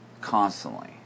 constantly